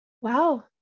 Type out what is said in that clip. wow